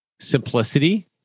simplicity